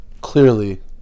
clearly